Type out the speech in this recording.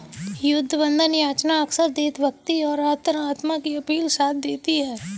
युद्ध बंधन याचना अक्सर देशभक्ति और अंतरात्मा की अपील के साथ होती है